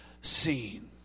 seen